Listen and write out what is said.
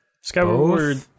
Skyward